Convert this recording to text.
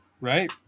Right